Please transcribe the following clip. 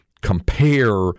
compare